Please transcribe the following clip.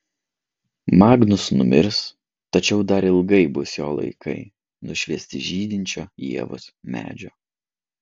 magnus numirs tačiau dar ilgai bus jo laikai nušviesti žydinčio ievos medžio